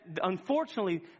Unfortunately